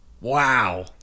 wow